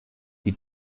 die